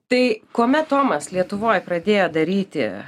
tai kuomet tomas lietuvoj pradėjo daryti